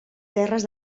terres